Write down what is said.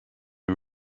are